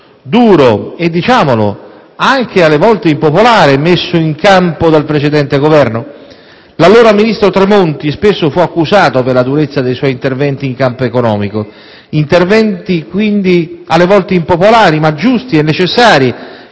duro e, diciamolo, anche alle volte impopolare, messo in campo dal precedente Governo? L'allora ministro Tremonti spesso fu accusato per la durezza dei suoi interventi in campo economico, interventi, quindi, alle volte impopolari, ma giusti e necessari,